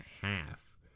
half